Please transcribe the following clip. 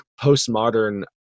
postmodern